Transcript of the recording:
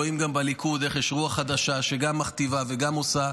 רואים גם בליכוד איך יש רוח חדשה שגם מכתיבה וגם עושה.